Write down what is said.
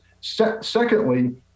Secondly